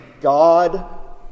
God